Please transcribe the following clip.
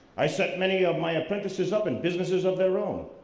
i set many of my apprentices up in businesses of their own,